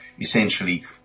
essentially